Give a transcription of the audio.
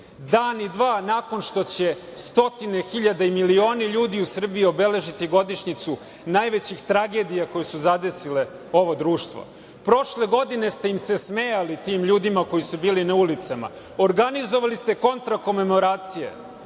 dan i dva nakon što će stotine hiljada i milioni ljudi u Srbiji obeležiti godišnjicu najvećih tragedija koje su zadesile ovo društvo. Prošle godine ste im se smejali, tim ljudima koji su bili na ulicama. Organizovali ste kontra komemoracije.